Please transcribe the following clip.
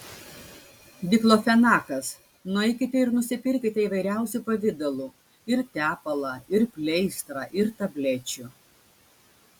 diklofenakas nueikite ir nusipirkite įvairiausių pavidalų ir tepalą ir pleistrą ir tablečių